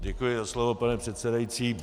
Děkuji za slovo, pane předsedající.